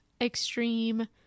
extreme